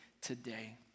today